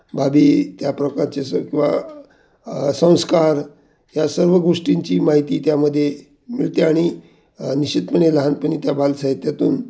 बाबी त्या प्रकारचे स किंवा संस्कार या सर्व गोष्टींची माहिती त्यामध्ये मिळते आणि निश्चितपणे लहानपणी त्या बालसाहित्यातून